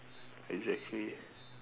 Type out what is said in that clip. exactly